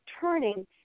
turning